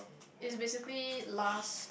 is basically lust